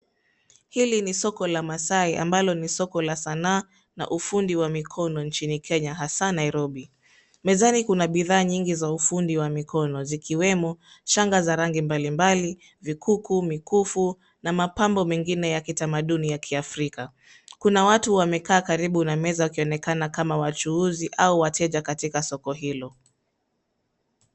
Hili ni soko la Maasai ambalo ni soko la sanaa na ufundi wa mikono nchini Kenya hasa Nairobi. Mezani kuna bidhaa nyingi za ufundi wa mikono zikiwemo shanga za rangi mbalimbali, vikuku, mikufu na mapambo mengine ya kitamaduni ya kiafrika. Kuna watu wamekaa karibu na meza wakionekana kama wachuuzi au wateja katika soko hilo.